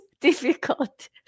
difficult